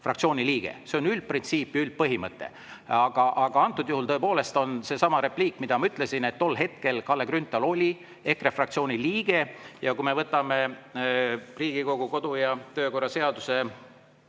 fraktsiooni liige. See on üldprintsiip, üldpõhimõte. Aga antud juhul on tõepoolest see repliik, mida ma ütlesin, et tol hetkel Kalle Grünthal oli EKRE fraktsiooni liige. Ja võtame Riigikogu kodu- ja töökorra seaduse